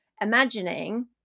imagining